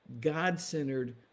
God-centered